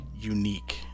unique